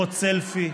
מוט סלפי,